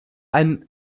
ein